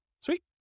Sweet